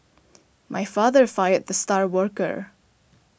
my father fired the star worker